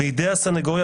"בידי הסנגוריה